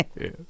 yes